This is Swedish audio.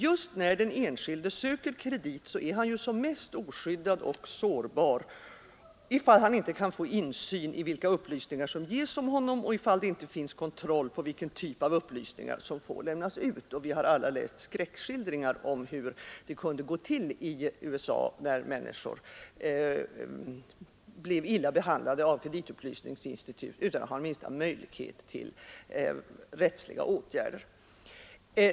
Just när den enskilde söker kredit är han ju som mest oskyddad och sårbar, ifall han inte kan få insyn i vilka upplysningar som ges om honom och ifall det inte finns kontroll på vilken typ av upplysningar som får lämnas ut. Vi har alla läst skräckskildringar av hur det kunde gå till i USA när människor blev illa behandlade av kreditupplysningsinstitut utan att ha minsta möjlighet till rättsliga åtgärder.